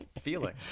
feeling